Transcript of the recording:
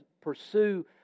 pursue